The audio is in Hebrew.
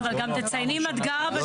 אבל תצייני אם את גרה בשכונה.